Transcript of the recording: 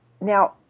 now